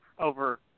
over